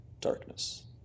darkness